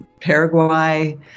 Paraguay